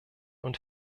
und